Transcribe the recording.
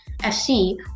FC